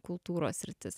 kultūros sritis